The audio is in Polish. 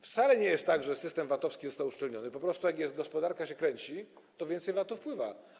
Wcale nie jest tak, że system VAT-owski został uszczelniony, po prostu jak gospodarka się kręci, to więcej z VAT-u wpływa.